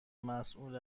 مسئول